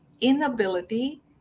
inability